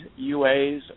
UAs